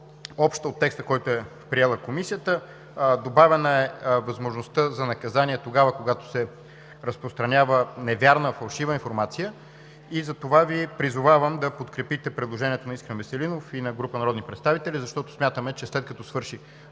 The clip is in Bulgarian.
по-обща от текста, който е приела Комисията. Добавена е възможността за наказание тогава, когато се разпространява невярна, фалшива информация и затова Ви призовавам да подкрепите предложението на Искрен Веселинов и група народни представители, защото смятаме, че след като свърши